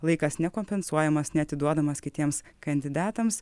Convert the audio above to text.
laikas nekompensuojamas neatiduodamas kitiems kandidatams